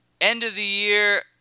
end-of-the-year